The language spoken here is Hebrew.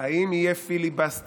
האם יהיה פיליבסטר,